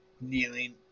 kneeling